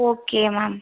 okay ma'am